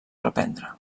reprendre